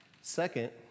Second